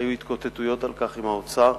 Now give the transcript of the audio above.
היו התקוטטויות על כך עם האוצר,